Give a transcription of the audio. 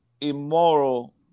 immoral